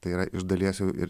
tai yra iš dalies jau ir